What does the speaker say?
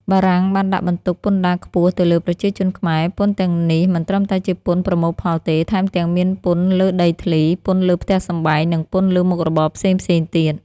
បារាំងបានដាក់បន្ទុកពន្ធដារខ្ពស់ទៅលើប្រជាជនខ្មែរ ពន្ធទាំងនេះមិនត្រឹមតែជាពន្ធប្រមូលផលទេ ថែមទាំងមានពន្ធលើដីធ្លី ពន្ធលើផ្ទះសម្បែង និងពន្ធលើមុខរបរផ្សេងៗទៀត។